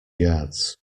yards